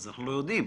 לכן אנחנו לא יודעים,